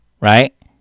right